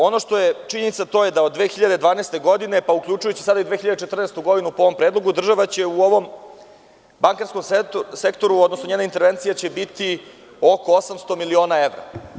Ono što je činjenica jeste da je 2012. godine, uključujući sada i 2014. godinu po ovom predlogu, država će u ovom bankarskom sektoru, odnosno njena intervencija će biti oko 800 miliona evra.